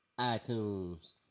iTunes